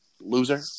loser